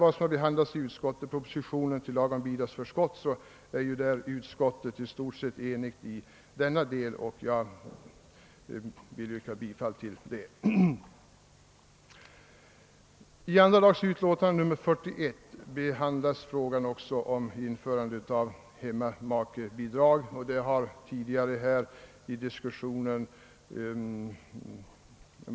I fråga om propositionen om lagen om bidragsförskott kan sägas att utskottet därvidlag i stort sett varit enigt i denna del, och jag vill därför yrka bifall till utskottets hemställan på denna punkt. I andra lagutskottets utlåtande nr 41 behandlas frågan om införande av hemmamakebidrag. Ett sådant har tidigare motiverats i diskussionen.